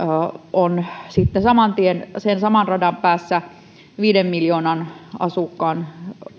on sitten saman tien sen saman radan päässä viiden miljoonan asukkaan